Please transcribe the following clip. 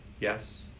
yes